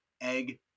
egg